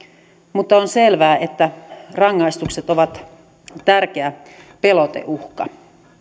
mutta on selvää että rangaistukset ovat tärkeä peloteuhka